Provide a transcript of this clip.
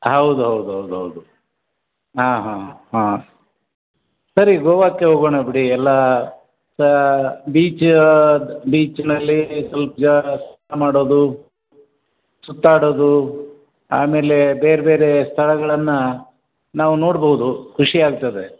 ಹೌದು ಹೌದು ಹೌದು ಹೌದು ಹಾಂ ಹಾಂ ಹಾಂ ಸರಿ ಗೋವಾಕ್ಕೆ ಹೋಗೋಣ ಬಿಡಿ ಎಲ್ಲಾ ಬೀಚ ಬೀಚ್ನಲ್ಲಿ ಸ್ವಲ್ಪ ಮಾಡೋದು ಸುತ್ತಾಡೋದು ಆಮೇಲೆ ಬೇರೆ ಬೇರೆ ಸ್ಥಳಗಳನ್ನ ನಾವು ನೋಡ್ಬಹುದು ಖುಷಿ ಆಗ್ತದೆ